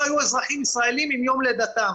לא היו אזרחים ישראלים מיום לידתם.